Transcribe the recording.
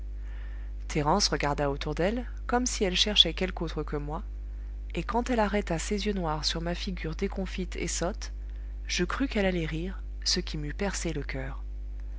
thérence regarda autour d'elle comme si elle cherchait quelque autre que moi et quand elle arrêta ses yeux noirs sur ma figure déconfite et sotte je crus qu'elle allait rire ce qui m'eût percé le coeur